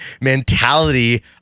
mentality